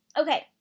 okay